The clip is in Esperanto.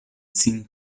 sin